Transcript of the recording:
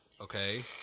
Okay